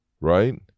Right